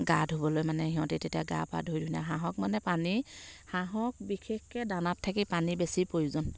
গা ধুবলৈ মানে সিহঁতে তেতিয়া গা পা ধুই ধনীয়াকৈ হাঁহক মানে পানী হাঁহক বিশেষকৈ দানাত থাকি পানী বেছি প্ৰয়োজন